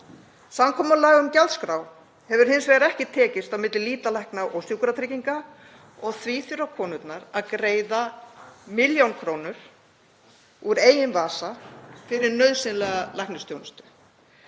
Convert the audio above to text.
Samkomulag um gjaldskrá hefur hins vegar ekki tekist á milli lýtalækna og Sjúkratrygginga og því þurfa konurnar að greiða milljón krónur úr eigin vasa fyrir nauðsynlega læknisþjónustu.